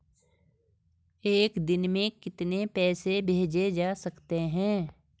एक दिन में कितने पैसे भेजे जा सकते हैं?